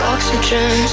Oxygen